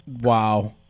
Wow